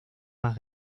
más